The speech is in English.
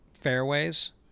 Fairways